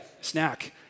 snack